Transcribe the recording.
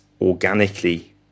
organically